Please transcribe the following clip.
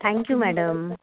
thank you madam